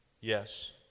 Yes